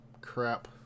crap